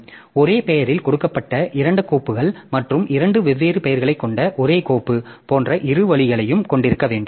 எனவே ஒரே பெயரில் கொடுக்கப்பட்ட இரண்டு கோப்புகள் மற்றும் இரண்டு வெவ்வேறு பெயர்களைக் கொண்ட ஒரே கோப்பு போன்ற இரு வழிகளையும் கொண்டிருக்க வேண்டும்